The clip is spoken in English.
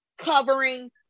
covering